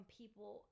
people